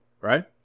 right